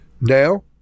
Now